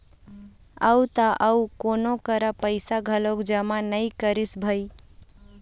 अउ त अउ कोनो करा पइसा घलोक जमा नइ करिस भई